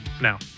now